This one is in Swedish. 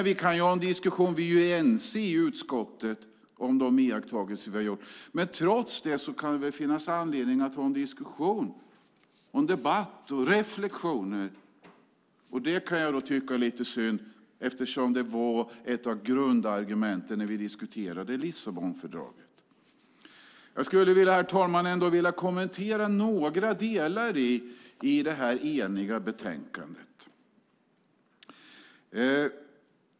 Vi är ense i utskottet om de iakttagelser som vi har gjort, men trots det kan det väl finnas anledning att ha en diskussion och komma med reflexioner. Jag kan tycka att det är synd att inte fler deltar, för detta var ju ett av grundargumenten när vi diskuterade Lissabonfördraget. Herr talman! Jag skulle vilja kommentera några delar i detta eniga betänkande.